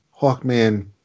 Hawkman